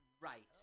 Right